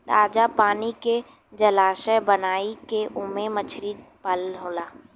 ताजा पानी के जलाशय बनाई के ओमे मछली पालन होला